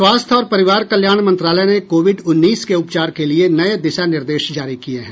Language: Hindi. स्वास्थ्य और परिवार कल्याण मंत्रालय ने कोविड उन्नीस के उपचार के लिए नए दिशा निर्देश जारी किए हैं